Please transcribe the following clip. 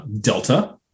delta